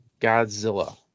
Godzilla